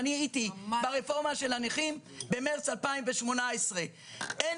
אני הייתי ברפורמה של הנכים במרס 2018. אין